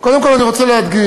קודם כול אני רוצה להדגיש: